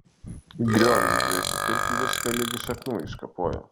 grioviui užversti turkai viską ligi šaknų iškapojo